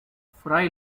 fray